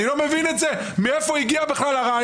אני בכלל לא מבין מאיפה הגיע הרעיון